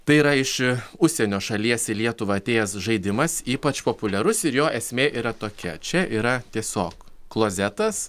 tai yra iš užsienio šalies į lietuvą atėjęs žaidimas ypač populiarus ir jo esmė yra tokia čia yra tiesiog klozetas